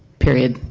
period.